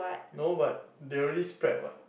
no but they already spread what